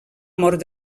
mort